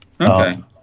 Okay